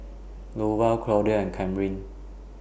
Lowell Claudia and Kamryn